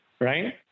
Right